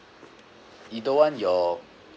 either one your